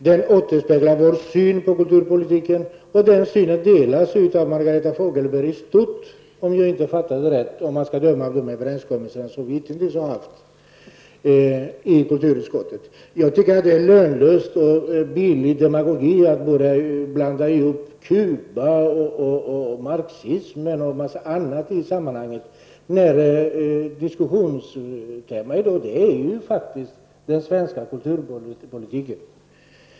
Den återspeglar vår syn på kulturpolitiken och den delas i stort av Margareta Fogelberg, om man kan döma av de överenskommelser vi hittills har gjort i kulturutskottet. Jag tycker att det är billig demagogi att blanda in Cuba, marxismen och en massa andra saker i sammanhanget, när diskussionstemat i dag faktiskt är den svenska kulturpolitiken.